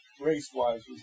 race-wise